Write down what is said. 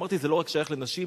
אמרתי: זה לא רק שייך לנשים,